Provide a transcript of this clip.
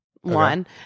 one